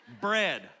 bread